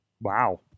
wow